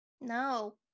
No